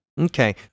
Okay